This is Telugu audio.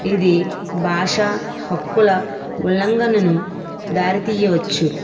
ఇది భాష హక్కుల ఉల్లంఘనను దారి తీయవచ్చు